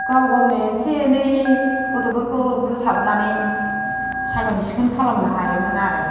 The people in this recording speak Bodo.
गावनो गावनो एसे एनै गथ'फोरखौ फोसाबनानै साखोन सिखोन खालामनो हायोमोन आरो